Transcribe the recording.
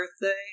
birthday